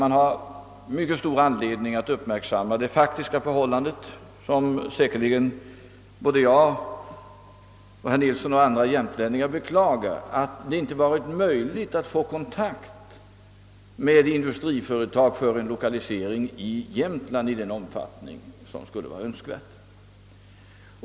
Man har mycket stor anledning att uppmärksamma det faktiska förhållandet, som säkerligen både jag, herr Nilsson och andra jämtlänningar beklagar, att det inte varit möjligt att få kontakt med industriföretag för en lokalisering till Jämtland i den omfattning som skulle vara önskvärd.